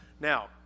Now